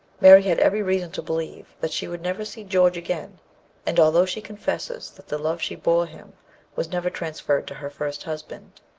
mary had every reason to believe that she would never see george again and although she confesses that the love she bore him was never transferred to her first husband,